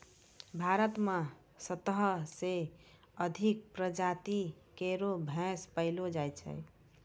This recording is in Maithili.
भारत म सत्रह सें अधिक प्रजाति केरो भैंस पैलो जाय छै